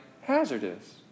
hazardous